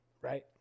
right